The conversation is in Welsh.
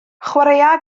chwaraea